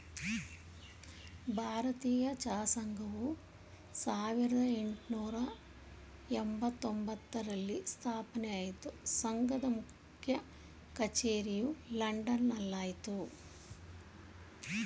ಭಾರತೀಯ ಚಹಾ ಸಂಘವು ಸಾವಿರ್ದ ಯೆಂಟ್ನೂರ ಎಂಬತ್ತೊಂದ್ರಲ್ಲಿ ಸ್ಥಾಪನೆ ಆಯ್ತು ಸಂಘದ ಮುಖ್ಯ ಕಚೇರಿಯು ಲಂಡನ್ ನಲ್ಲಯ್ತೆ